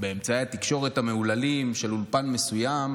באמצעי התקשורת המהוללים של אולפן מסוים,